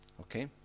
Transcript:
Okay